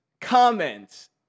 comments